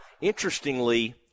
interestingly